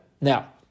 Now